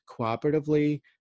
cooperatively